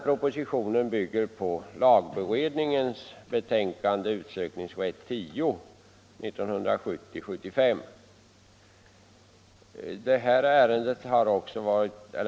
Propositionen bygger på lagberedningens år 1970 avgivna betänkande Utökningsrätt X.